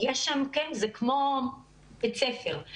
יש שם זה כמו בית ספר.